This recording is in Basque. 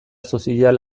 sozial